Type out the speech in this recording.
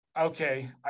Okay